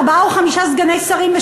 ארבעה או חמישה סגני שרים,